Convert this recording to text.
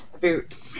Boot